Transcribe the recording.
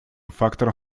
фактором